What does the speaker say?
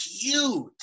cute